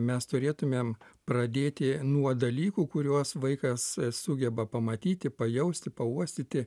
mes turėtumėm pradėti nuo dalykų kuriuos vaikas sugeba pamatyti pajausti pauostyti